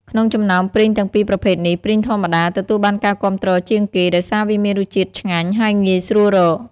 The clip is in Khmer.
ក្នុងចំណោមព្រីងទាំងពីរប្រភេទនេះ ព្រីងធម្មតា ទទួលបានការគាំទ្រជាងគេ ដោយសារវាមានរសជាតិឆ្ងាញ់ ហើយងាយស្រួលរក។